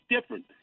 different